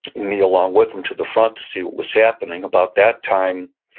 me along with him, to the front to see what was happening. about that time,